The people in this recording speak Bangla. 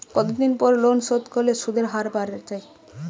কতদিন পর লোন শোধ করলে সুদের হার বাড়ে য়ায়?